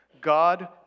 God